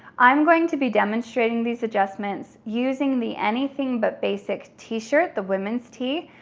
i'm going to be demonstrating these adjustments using the anything but basic tee-shirt, the women's tee.